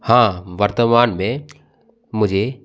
हाँ वर्तमान में मुझे